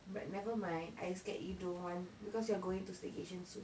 but nevermind I scared you don't want because you're going to staycation soon